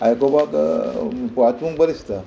आयकोपाक वाचूंक बरें दिसता